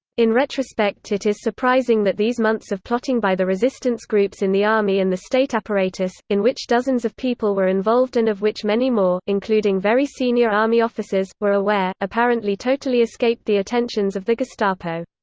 in retrospect it is surprising that these months of plotting by the resistance groups in the army and the state apparatus, in which dozens of people were involved and of which many more, including very senior army officers, were aware, apparently totally escaped the attentions of the gestapo.